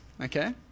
okay